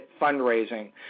fundraising